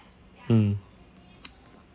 mm